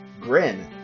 Grin